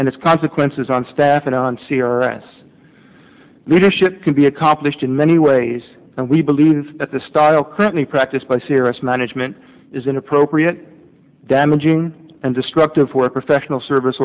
and its consequences on staff and on c r s leadership can be accomplished in many ways and we believe that the style currently practiced by serious management is inappropriate damaging and destructive for a professional service